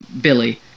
Billy